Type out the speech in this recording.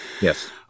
Yes